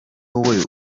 wowe